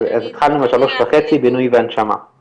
התחלנו עם 3.5 מיליארד של בינוי והנשמה.